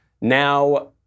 Now